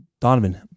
Donovan